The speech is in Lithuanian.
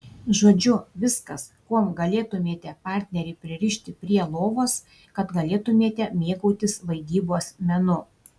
žodžiu viskas kuom galėtumėte partnerį pririšti prie lovos kad galėtumėte mėgautis vaidybos menu